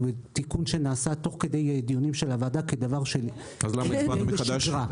תיקון שנעשה תוך כדי דיונים של הוועדה כדבר שמתבצע בשגרה.